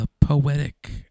poetic